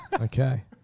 Okay